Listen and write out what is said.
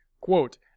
Quote